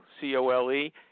C-O-L-E